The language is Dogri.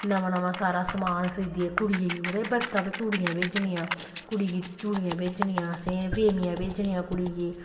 नमां नमां सारा समान खरिदियै कुड़ियै गी उ'नें बर्ता पर चूडियां भेजनियां कुड़ी गी चूडियां भेजनियां असें फेमियां भेजनियां कुड़ी गी